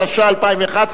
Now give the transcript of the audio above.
התשע"א 2011,